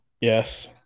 Yes